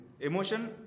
Emotion